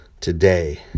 Today